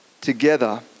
together